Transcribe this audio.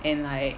and like